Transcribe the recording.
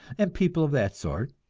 and people of that sort.